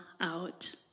out